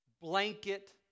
blanket